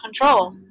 control